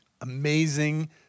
amazing